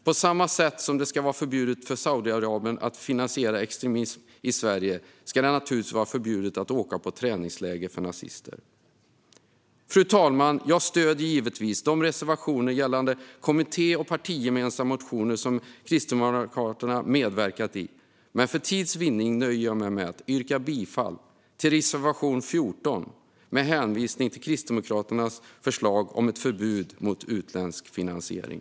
På samma sätt som det ska vara förbjudet för Saudiarabien att finansiera extremism i Sverige ska det naturligtvis vara förbjudet för nazister att åka på träningsläger. Fru talman! Jag stöder givetvis de reservationer gällande kommittémotioner och partigemensamma motioner som Kristdemokraterna medverkat i, men för tids vinnande nöjer jag mig med att yrka bifall enbart till reservation 14 med hänvisning till Kristdemokraternas förslag om ett förbud mot utländsk finansiering.